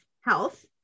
health